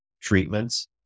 treatments